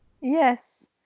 Yes